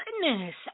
goodness